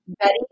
Betty